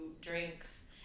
drinks